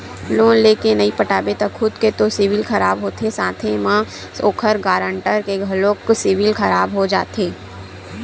loan लेय के नइ पटाबे त खुद के तो सिविल खराब होथे साथे म ओखर गारंटर के घलोक सिविल खराब हो जाथे